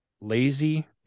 lazy